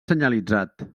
senyalitzat